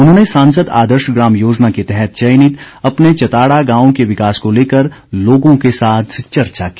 उन्होंने सांसद आदर्श ग्राम योजना के तहत चयनित अपने चताड़ा गांव के विकास को लेकर लोगों के साथ चर्चा की